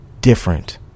different